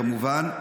כמובן,